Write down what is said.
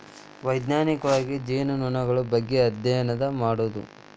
ವೈಜ್ಞಾನಿಕವಾಗಿ ಜೇನುನೊಣಗಳ ಬಗ್ಗೆ ಅದ್ಯಯನ ಮಾಡುದು